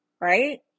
right